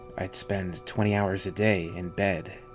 i'd spend twenty hours a day in bed.